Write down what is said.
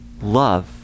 love